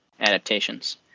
adaptations